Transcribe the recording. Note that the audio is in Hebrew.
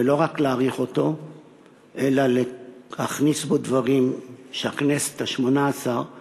ולא רק להאריך אותו אלא להכניס בו דברים שהכנסת השמונה-עשרה,